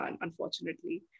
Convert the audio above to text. unfortunately